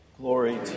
Glory